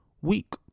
week